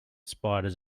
spiders